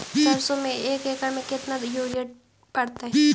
सरसों में एक एकड़ मे केतना युरिया पड़तै?